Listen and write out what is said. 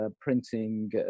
printing